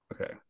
okay